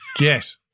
Yes